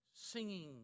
singing